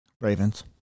Ravens